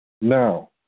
Now